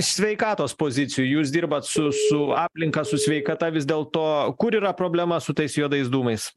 sveikatos pozicijų jūs dirbat su su aplinka su sveikata vis dėl to kur yra problema su tais juodais dūmais